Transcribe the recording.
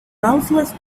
mouseless